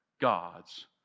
God's